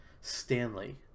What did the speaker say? Stanley